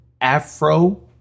afro